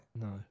No